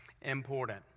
important